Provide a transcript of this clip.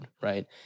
right